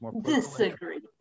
Disagree